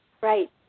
Right